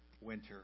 Winter